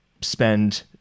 spend